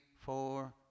four